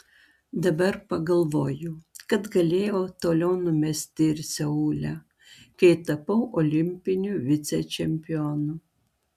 dabar pagalvoju kad galėjau toliau numesti ir seule kai tapau olimpiniu vicečempionu